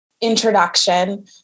introduction